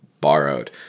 borrowed